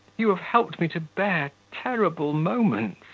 you have helped me to bear terrible moments.